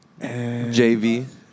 JV